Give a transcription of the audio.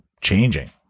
changing